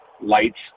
lights